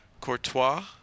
Courtois